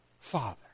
Father